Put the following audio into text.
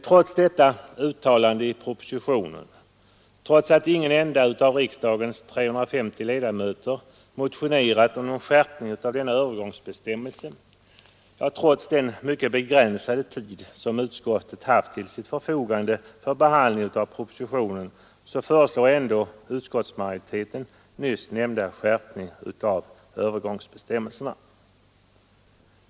Trots detta uttalande i propositionen, trots att ingen av riksdagens 350 ledamöter motionerat om någon skärpning av denna övergångsbestämmelse, ja, trots den mycket begränsade tid som utskottet haft till förfogande för behandling av propositionen, så föreslår ändå utskottsmajoriteten nyss nämnda skärpning av övergångsbestämmelserna.